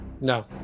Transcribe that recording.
No